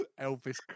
Elvis